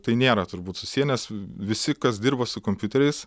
tai nėra turbūt susiję nes visi kas dirba su kompiuteriais